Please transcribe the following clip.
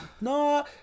No